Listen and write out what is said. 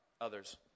others